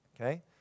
Okay